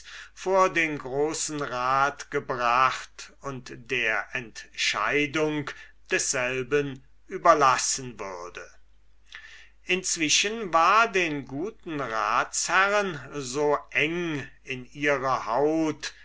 vor den großen rat gebracht und der entscheidung desselben überlassen werden könnte inzwischen war den guten ratsherren so enge in ihrer haut